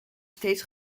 steeds